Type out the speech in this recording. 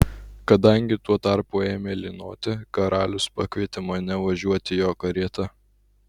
kadangi tuo tarpu ėmė lynoti karalius pakvietė mane važiuoti jo karieta